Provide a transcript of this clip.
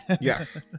Yes